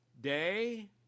day